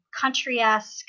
country-esque